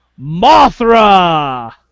Mothra